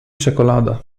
czekolada